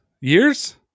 Years